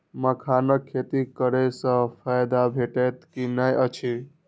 मखानक खेती करे स फायदा भेटत की नै अछि?